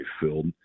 filled